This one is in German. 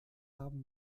haben